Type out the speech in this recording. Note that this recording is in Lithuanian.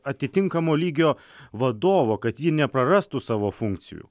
atitinkamo lygio vadovo kad ji neprarastų savo funkcijų